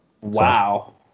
Wow